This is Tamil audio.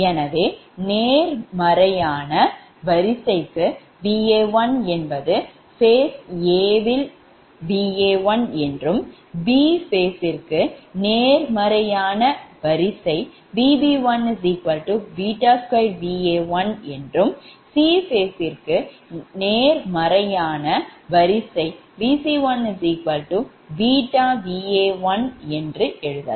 எனவே நேர்மறையான வரிசைக்கு Va1 என்பது phase a யில் Va1 என்றும் b phaseற்கு நேர்மறையான வரிசை Vb1 2Va1 c phaseற்கு நேர்மறையான வரிசை Vc1 βVa1 என்று எழுதலாம்